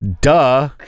Duh